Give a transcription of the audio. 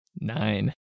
Nine